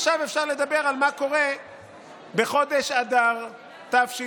עכשיו אפשר לדבר על מה קורה בחודש אדר תשפ"ג,